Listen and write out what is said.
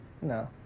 No